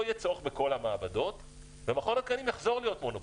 יהיה צורך בכל המעבדות ומכון התקנים יחזור להיות מונופול,